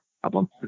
problem